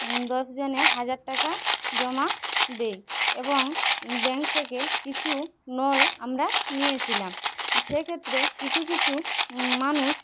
দশজনে হাজার টাকা জমা দেই এবং ব্যাঙ্ক থেকে কিছু লোন আমরা নিয়েছিলাম সেক্ষেত্রে কিছু কিছু মানুষ